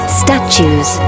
statues